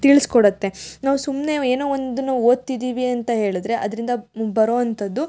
ತಿಳಿಸ್ಕೊಡುತ್ತೆ ನಾವು ಸುಮ್ಮನೆ ಏನೋ ಒಂದನ್ನು ಓದ್ತಿದ್ದೀವಿ ಅಂತ ಹೇಳಿದ್ರೆ ಅದರಿಂದ ಬರೋವಂಥದ್ದು